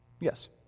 Yes